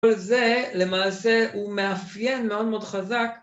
כל זה למעשה הוא מאפיין מאוד מאוד חזק.